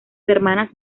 hermanas